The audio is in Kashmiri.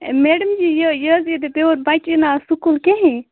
میڈم جی یہِ یہِ حظ یہِ میون بَچہٕ ییٖنہٕ آز سٕکوٗل کِہیٖنۍ